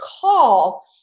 call